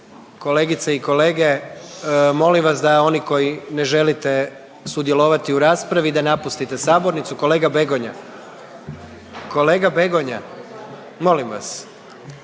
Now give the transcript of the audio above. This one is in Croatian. Kolegice i kolege molim vas da oni koji ne želite sudjelovati u raspravi, da napustite sabornicu. Kolega Begonja, kolega